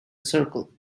circle